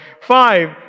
Five